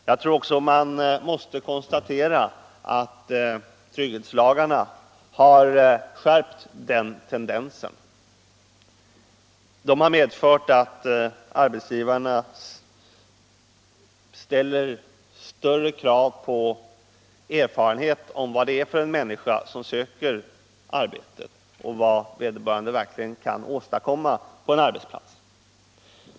Jag tror också att man kan konstatera att trygghetslagarna har skärpt den tendensen. De har medfört att arbetsgivarna nu ställer större krav på att få veta vad det är för människa som söker arbete och vad vederbörande kan åstadkomma på en arbetsplats.